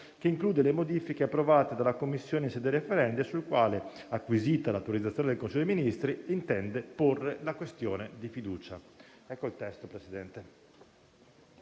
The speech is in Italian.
che include le modifiche approvate dalla Commissione in sede referente e sul quale, acquisita l'autorizzazione del Consiglio dei ministri, intende porre la questione di fiducia.